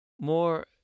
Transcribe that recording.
more